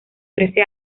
trece